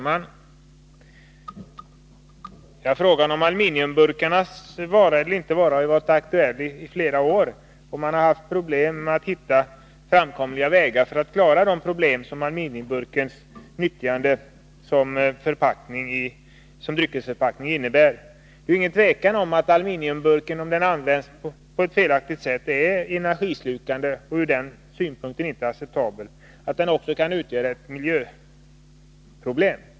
Herr talman! Frågan om aluminiumburkarnas vara eller inte vara har varit aktuelli flera år, och det har varit svårt att hitta framkomliga vägar för att lösa problemen med aluminiumburkarna som dryckesförpackning. Det är ingen tvekan om att aluminiumburken, om den används på ett felaktigt sätt, är en energislukande förpackning och från den synpunkten inte acceptabel. Den kan också utgöra ett miljöproblem.